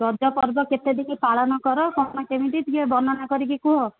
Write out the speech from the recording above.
ରଜ ପର୍ବ କେତେ ଦିନ ପାଳନ କର ତୁମେ କେମିତି ଟିକେ ବର୍ଣ୍ଣନା କରିକି କୁହ